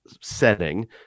setting